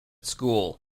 school